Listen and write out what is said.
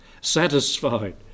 Satisfied